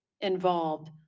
involved